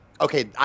Okay